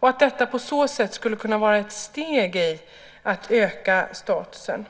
menar att detta på så sätt skulle kunna vara ett steg i riktning mot att höja statusen.